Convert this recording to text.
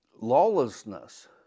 lawlessness